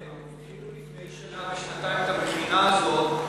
הם התחילו לפני שנה או שנתיים את המכינה הזאת,